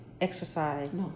exercise